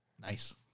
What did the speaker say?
nice